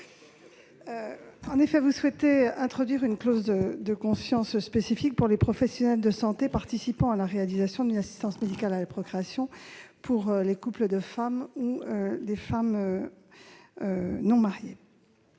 En effet, vous souhaitez introduire une clause de conscience spécifique pour les professionnels de santé participant à la réalisation d'une assistance médicale à la procréation pour les couples de femmes ou des femmes non mariées.